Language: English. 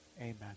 amen